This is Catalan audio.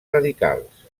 radicals